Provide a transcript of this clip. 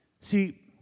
See